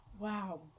Wow